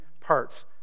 parts